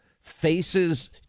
faces